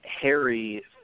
Harry